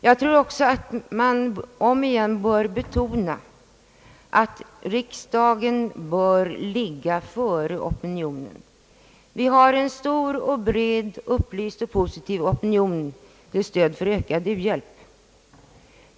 Jag tror också att man omigen bör betona, att riksdagen skall ligga före opinionen. Vi har en stor och bred, upplyst och positiv opinion till stöd för ökad u-hjälp.